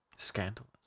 scandalous